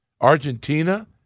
Argentina